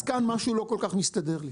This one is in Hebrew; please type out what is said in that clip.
אז כאן משהו לא כל כך מסתדר לי.